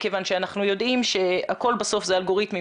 כיוון שאנחנו יודעים שהכול בסוף זה אלגוריתמים,